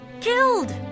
killed